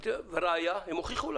לראייה, הם הוכיחו לנו.